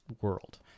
world